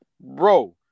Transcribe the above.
bro